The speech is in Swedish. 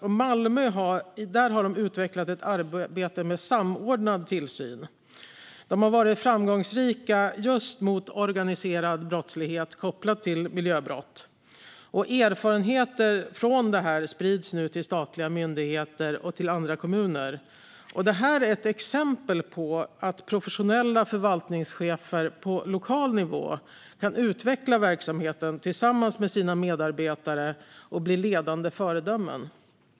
I Malmö har man utvecklat ett arbete med samordnad tillsyn. Det har varit framgångsrikt just mot organiserad brottslighet kopplad till miljöbrott. Erfarenheter från detta sprids nu till statliga myndigheter och till andra kommuner. Det här är ett exempel på att professionella förvaltningschefer på lokal nivå kan utveckla verksamheten tillsammans med sina medarbetare och bli ledande föredömen.